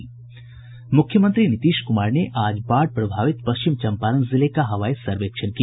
मुख्यमंत्री नीतीश कुमार ने आज बाढ़ प्रभावित पश्चिम चंपारण जिले का हवाई सर्वेक्षण किया